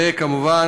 וכמובן,